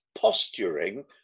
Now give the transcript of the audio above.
posturing